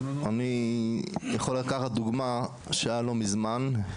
אני יכול לקחת דוגמא שהיה לא מזמן,